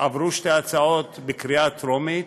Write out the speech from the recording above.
עברו שתי הצעות בקריאה טרומית,